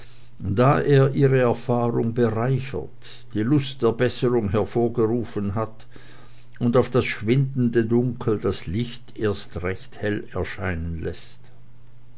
da er ihre erfahrung bereichert die lust der besserung hervorgerufen hat und auf das schwindende dunkel das licht erst recht hell erscheinen läßt